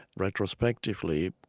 retrospectively,